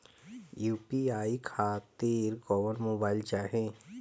UPI खातिर कौन mobile चाहीं?